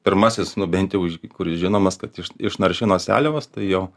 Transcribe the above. pirmasis nu bent jau ž kuris žinomas kad iš išnaršino seliavas tai jo